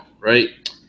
Right